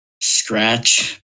Scratch